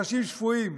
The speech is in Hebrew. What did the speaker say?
אנשים שפויים,